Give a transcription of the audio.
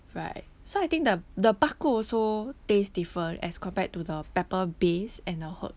right so I think the the bak kut also tastes different as compared to the pepper base and the herb